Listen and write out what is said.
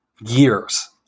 years